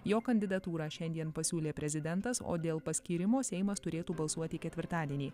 jo kandidatūrą šiandien pasiūlė prezidentas o dėl paskyrimo seimas turėtų balsuoti ketvirtadienį